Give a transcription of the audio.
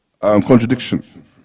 contradiction